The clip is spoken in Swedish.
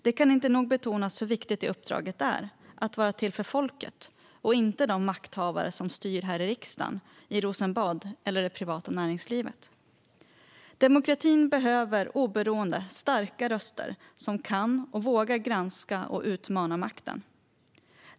Det kan inte nog betonas hur viktigt detta uppdrag är, att vara till för folket och inte de makthavare som styr här i riksdagen, i Rosenbad eller i det privata näringslivet. Demokratin behöver oberoende starka röster som kan och vågar granska och utmana makten.